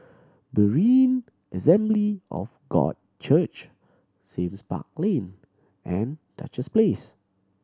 Berean Assembly of God Church Sime Park Lane and Duchess Place